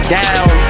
down